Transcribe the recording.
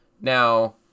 Now